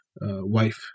wife